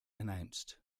announced